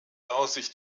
aussicht